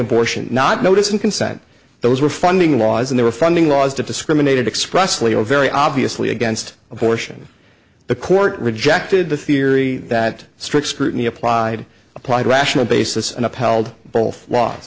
abortion not notice and consent those were funding laws and they were funding laws that discriminated expressly or very obviously against abortion the court rejected the theory that strict scrutiny applied applied a rational basis and upheld both law